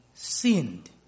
sinned